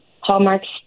hallmarks